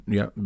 ja